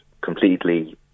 completely